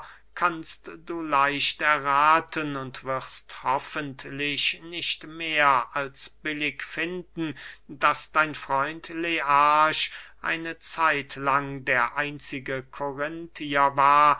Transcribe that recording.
kannst du leicht errathen und wirst hoffentlich nicht mehr als billig finden daß dein freund learch eine zeit lang der einzige korinthier war